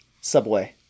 Subway